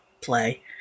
play